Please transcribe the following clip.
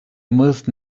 must